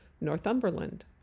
Northumberland